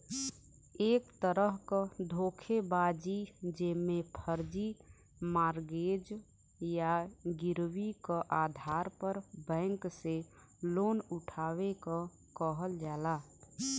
एक तरह क धोखेबाजी जेमे फर्जी मॉर्गेज या गिरवी क आधार पर बैंक से लोन उठावे क कहल जाला